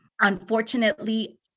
unfortunately